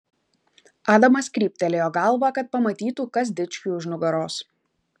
adamas kryptelėjo galvą kad pamatytų kas dičkiui už nugaros